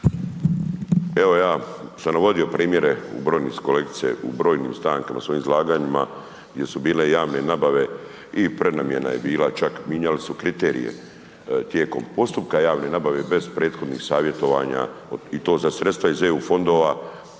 Evo ja sam navodio primjere u brojnosti kolegice, u brojnim stankama u svojim izlaganjima gdje su bile javne nabave i prenamjena je bila, čak mijenjali su kriterije tijekom postupka javne nabave bez prethodnih savjetovanja i to za sredstva iz EU fondova,